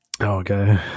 Okay